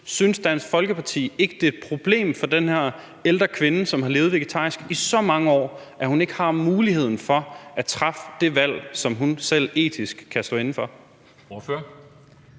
Synes Dansk Folkeparti ikke, det er et problem for den her ældre kvinde, som har levet vegetarisk i så mange år, at hun ikke har muligheden for at træffe det valg, som hun selv etisk kan stå inde for?